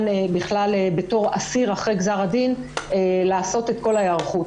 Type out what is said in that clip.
בכלל בתור אסיר אחרי גזר הדין לעשות את כל ההיערכות.